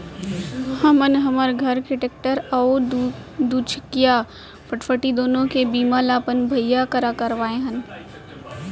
हमन हमर घर के टेक्टर अउ दूचकिया फटफटी दुनों के बीमा ल अपन भाईच करा करवाए हन